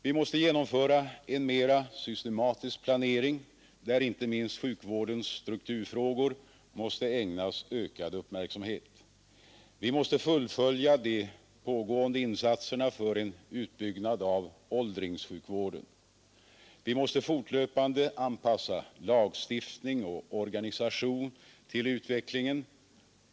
Vi måste genomföra en mera systematisk planering, där inte minst sjukvårdens strukturfrågor måste ägnas ökad uppmärksamhet. Vi måste fullfölja de pågående insatserna för en utbyggnad av åldringssjukvården. Vi måste fortlöpande anpassa lagstiftning och organisation till utvecklingen.